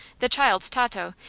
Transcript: the child tato,